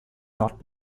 not